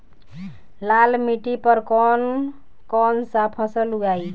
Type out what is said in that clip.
लाल मिट्टी पर कौन कौनसा फसल उगाई?